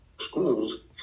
Schools